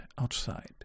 outside